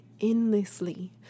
endlessly